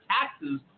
taxes